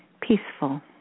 peaceful